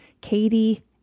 Katie